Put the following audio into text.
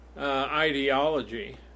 ideology